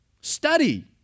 study